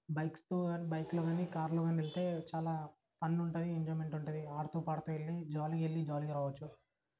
బైక్స్తో కానీ బైక్లో కానీ కార్లో కానీ వెళ్తే చాలా ఫన్ ఉంటుంది ఎంజాయ్మెంట్ ఉంటుంది ఆడుతూ పాడుతూ వెళ్ళి జాలీగా వెళ్ళి జాలీగా రావచ్చు